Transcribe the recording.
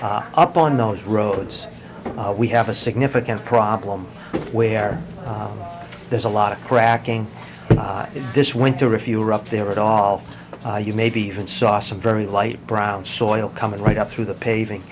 up on those roads we have a significant problem where there's a lot of cracking this winter if you are up there at all you maybe even saw some very light brown soil coming right up through the paving